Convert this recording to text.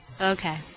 Okay